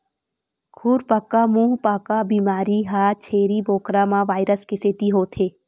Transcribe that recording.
खुरपका मुंहपका बेमारी ह छेरी बोकरा म वायरस के सेती होथे